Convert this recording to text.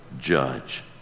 judge